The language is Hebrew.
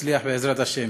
תצליח, בעזרת השם.